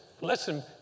listen